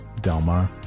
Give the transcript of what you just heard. Delmar